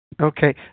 Okay